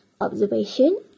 observation